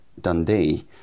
Dundee